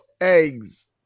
eggs